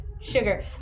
sugar